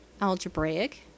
algebraic